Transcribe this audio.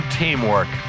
teamwork